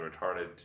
retarded